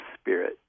spirit